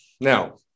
now